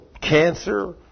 cancer